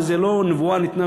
וזה לא נבואה שניתנה,